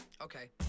Okay